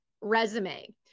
resume